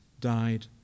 died